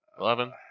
Eleven